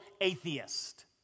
atheist